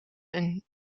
een